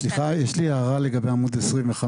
יש לי הערה לגבי עמוד 25,